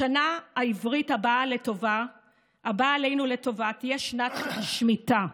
השנה העברית הבאה עלינו לטובה תהיה שנת שמיטה.